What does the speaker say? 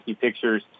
pictures